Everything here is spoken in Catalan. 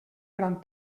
gran